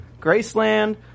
Graceland